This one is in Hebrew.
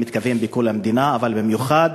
אני מתכוון בכל המדינה, אבל במיוחד